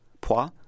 pois